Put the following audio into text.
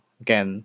again